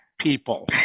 People